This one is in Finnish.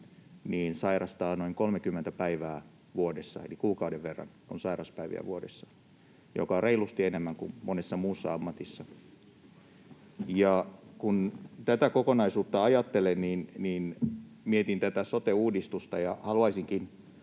sairastaa noin 30 päivää vuodessa, eli kuukauden verran on sairauspäiviä vuodessa, mikä on reilusti enemmän kuin monessa muussa ammatissa. Ja kun tätä kokonaisuutta ajattelen, niin mietin tätä sote-uudistusta, ja haluaisinkin